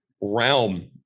realm